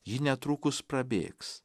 ji netrukus prabėgs